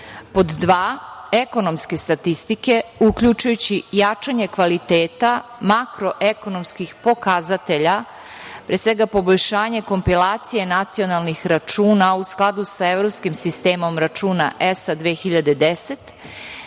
Pod dva, ekonomske statistike, uključujući i jačanje kvaliteta makroekonomskih pokazatelja, pre svega poboljšanje kompilacije nacionalnih računa u skladu sa Evropskim sistemom računa ESA 2010,